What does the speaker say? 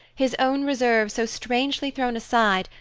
his own reserve so strangely thrown aside,